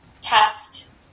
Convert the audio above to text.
test